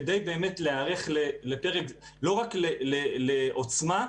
כדי להיערך לא רק לעוצמה,